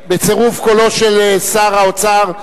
בצירוף קולו של שר האוצר,